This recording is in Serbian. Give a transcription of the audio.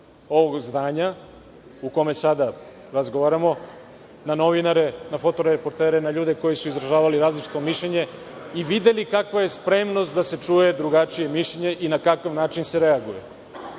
ovog zdanja u kome sada razgovaramo, na novinare, na fotoreportere, na ljude koji su izražavali različita mišljenja i videli kakva je spremnost da se čuje drugačije mišljenje i na kakav način se